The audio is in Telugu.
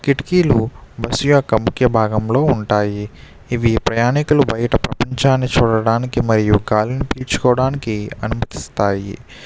కిటికీలు బస్సు యొక్క ముఖ్య భాగంలో ఉంటాయి ఇవి ప్రయాణికులు బయట ప్రపంచాన్ని చూడటానికి మరియు గాలిని పీల్చుకోవడానికి అనుమతిస్తాయి